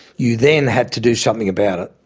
you then had to do something about it.